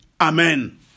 Amen